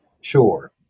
Sure